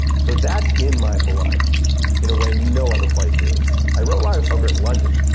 so that's in my blood in a way no other place is. i wrote liar's poker in london.